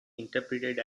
interpreted